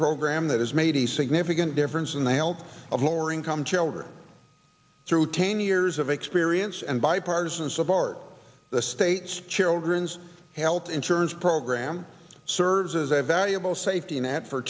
program that has made a significant difference in the health of lower income children through ten years of experience and bipartisan support the states children's health insurance program serves as a valuable safety net for